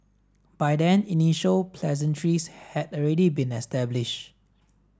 by then initial pleasantries had already been established